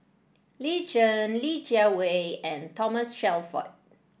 Lin Chen Li Jiawei and Thomas Shelford